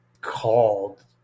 called